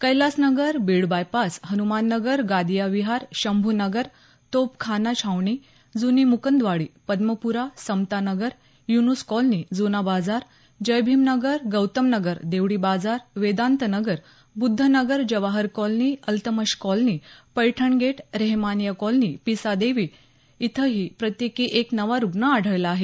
Kailas Nagar Beed bypass Hanuman Nagar Gadiya Vihar Shambhu Nagar Topkhana Chhavani Juni Mukundwadi Padampura Samata Nagar Yunus colony Juna Bazar Jai Bhim Nagar Gautam Nagar Devdi Bazar Vedant Nagar Buddh Nagar Jawahar colony Altamash colony Paithan gate Rehmania colony Pisadevi road इथंही प्रत्येकी एक नवा रुग्ण आढळला आहे